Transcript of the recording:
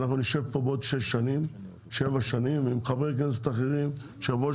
ואנחנו נשב פה בעוד שש או שבע שנים עם חברי כנסת אחרים; יושב ראש